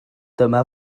dyma